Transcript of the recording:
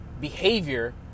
behavior